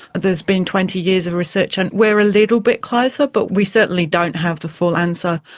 there has been twenty years of research and we are a little bit closer but we certainly don't have the full answer.